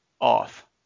off